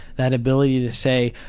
that ability to say,